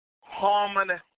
harmony